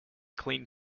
clean